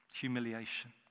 humiliation